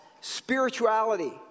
spirituality